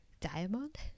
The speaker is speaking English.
diamond